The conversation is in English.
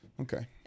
Okay